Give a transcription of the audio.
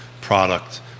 product